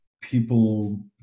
people